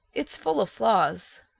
it's full of flaws.